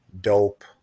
dope